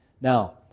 Now